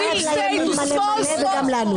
היא עוזרת מאוד לימין מלא-מלא וגם לנו.